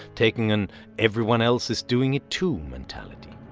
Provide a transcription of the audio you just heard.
taking an everyone else is doing it, too mentality.